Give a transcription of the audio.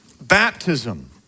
baptism